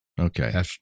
Okay